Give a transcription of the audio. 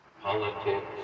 politics